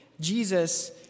Jesus